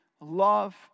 Love